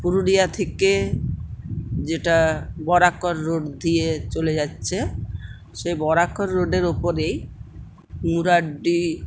পুরুলিয়া থেকে যেটা বরাকর রোড দিয়ে চলে যাচ্ছে সেই বরাকর রোডের উপরেই মুরাড্ডি